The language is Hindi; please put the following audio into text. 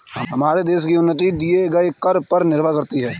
हमारे देश की उन्नति दिए गए कर पर निर्भर करती है